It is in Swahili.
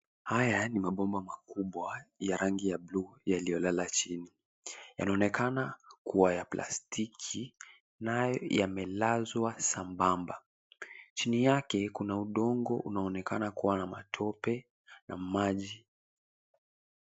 Haya ni mabomba makubwa ya rangi ya blue yaliolala chini. Yanaonekana kuwa ya plastiki nayo yamelazwa sambamba. Chini yake kuna udongo unaonekana kuwa na matope na maji.